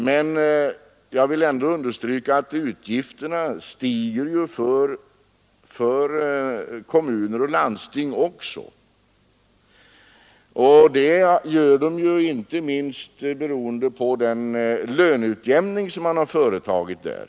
Men jag vill ändå understryka att utgifterna stiger för kommuner och landsting också, inte minst beroende på den kraftiga löneutjämning som man har företagit där.